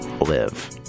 live